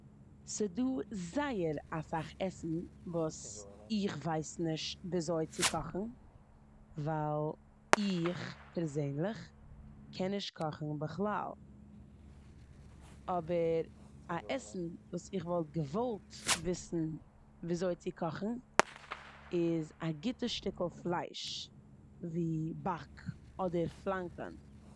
ס'דא זייער אסאך עסן וואס איך ווייס נישט וויאזוי צו קאכן ווייל איך פערזענליך קען נישט קאכן בכלל. אבער א עסן וואס איך וואלט געוואלט וויסן וויאזוי צו קאכן איז א גוטע שטיקל פלייש ווי באק אדער פלאנקען.